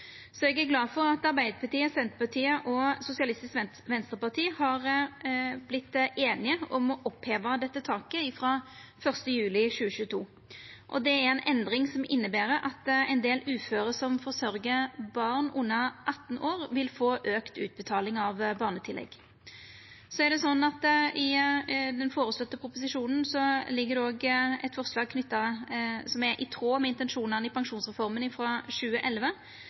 Så eg er glad for at Arbeidarpartiet, Senterpartiet og Sosialistisk Venstreparti har vorte einige om å oppheva dette taket frå 1. juli 2022. Det er ei endring som inneber at ein del uføre som forsørgjer barn under 18 år, vil få auka utbetaling av barnetillegg. I den føreslåtte proposisjonen ligg det òg eit forslag som er i tråd med intensjonane i pensjonsreforma frå 2011,